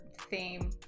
theme